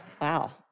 wow